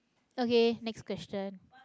okay next question